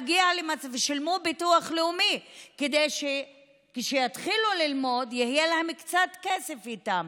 ושילמו ביטוח לאומי כדי שכשיתחילו ללמוד יהיה להם קצת כסף איתם.